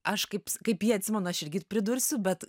aš kaip kaip jį atsimenu aš irgi pridursiu bet